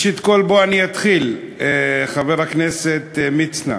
ראשית כול, אתחיל, חבר הכנסת מצנע,